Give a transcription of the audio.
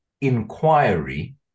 inquiry